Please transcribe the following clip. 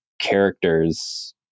Characters